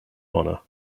honor